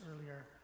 earlier